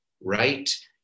right